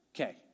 Okay